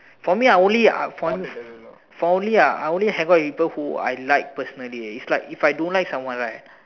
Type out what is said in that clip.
for me I only uh for only I I hang out with people who I like personally eh it's like I don't like someone right